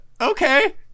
Okay